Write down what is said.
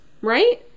Right